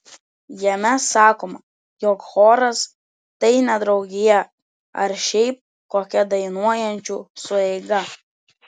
jame sakoma jog choras tai ne draugija ar šiaip kokia dainuojančių sueiga